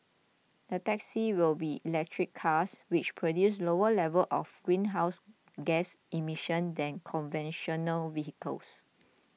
the taxis will be electric cars which produce lower levels of greenhouse gas emissions than conventional vehicles